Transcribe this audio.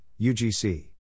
UGC